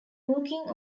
hooking